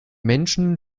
menschen